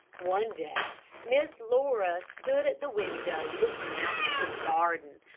one day miss laura stood at the window, looking out into the garden.